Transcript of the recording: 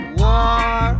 war